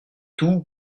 tout